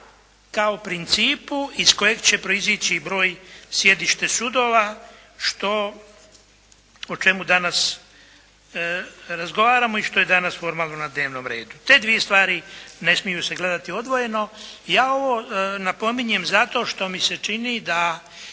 kao principu iz kojeg će proizići broj sjedišta sudova o čemu danas razgovaramo i što je danas formalno na dnevnom redu. Te dvije stvari ne smiju se gledati odvojeno. Ja ovo napominjem zato što mi se čini da